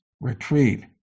retreat